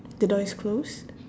the door is closed